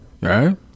Right